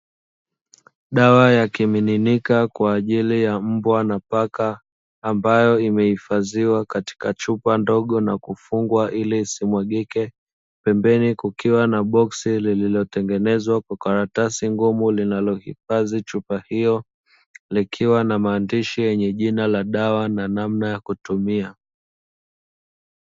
Dawa ya kimiminika kwa ajili ya mbwa na paka ambayo imehifadhiwa katika chupa ndogo, na kufungwa ili isimwagike pembeni kukiwa na boksi lililotengenezwa kwa karatasi ngumu linalohifadhi chupa hiyo likiwa na maandishi yenye jina la dawa na namna ya kutumia.